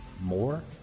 more